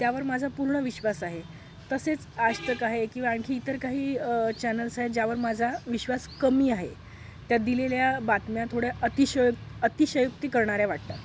त्यावर माझा पूर्ण विश्वास आहे तसेच आज तक आहे किंवा आणखी इतर काही चॅनल्स आहेत ज्यावर माझा विश्वास कमी आहे त्यात दिलेल्या बातम्या थोड्या अतिशयो अतिशयोक्ती करणाऱ्या वाटतात